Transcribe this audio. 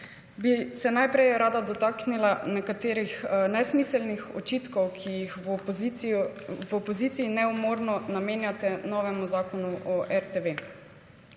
bi se najprej rada dotaknila nekaterih nesmiselnih očitkov, ki jih v opoziciji neumorno namenjate novemu zakonu o RTV.